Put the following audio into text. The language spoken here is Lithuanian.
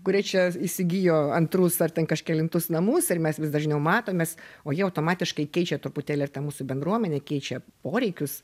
kurie čia įsigijo antrus ar ten kažkelintus namus ir mes vis dažniau matomės o jie automatiškai keičia truputėlį ir tą mūsų bendruomenę keičia poreikius